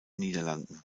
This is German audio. niederlanden